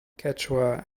quechua